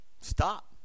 stop